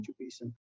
education